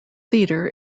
theater